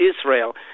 israel